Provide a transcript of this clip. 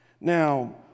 now